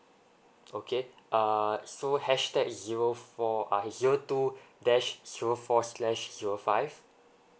okay uh so hashtag zero four uh zero two dash zero four slash zero five